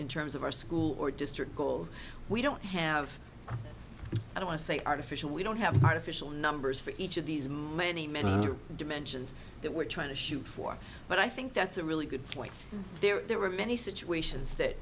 in terms of our school or district goal we don't have i want to say artificial we don't have artificial numbers for each of these many many dimensions that we're trying to shoot for but i think that's a really good point there are many situations that